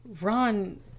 Ron